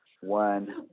one